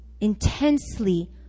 Intensely